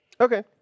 Okay